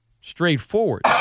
straightforward